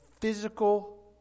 physical